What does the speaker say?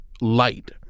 light